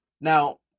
Now